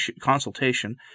consultation